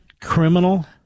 criminal